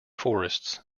forests